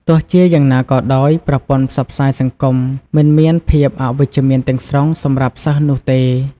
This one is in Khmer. ទោះជាយ៉ាងណាក៏ដោយ ប្រព័ន្ធផ្សព្វផ្សាយសង្គមមិនមានភាពអវិជ្ជមានទាំងស្រុងសម្រាប់សិស្សនោះទេ។